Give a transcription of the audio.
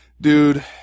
dude